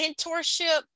mentorship